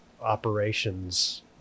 operations